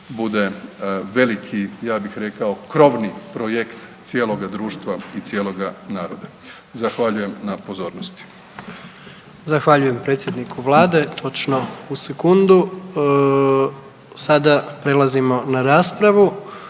bude veliki, ja bih rekao, krovni projekt cijeloga društva i cijeloga naroda. Zahvaljujem na pozornosti. **Jandroković, Gordan (HDZ)** Zahvaljujem predsjedniku vlade, točno u sekundu. Sada prelazimo na raspravu,